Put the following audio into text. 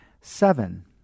Seven